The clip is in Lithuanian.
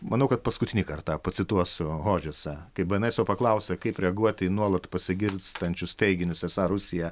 manau kad paskutinį kartą pacituosiu hodžesą kai bnso paklausė kaip reaguoti į nuolat pasigirstančius teiginius esą rusija